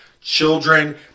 children